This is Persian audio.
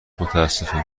متاسفم